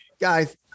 guys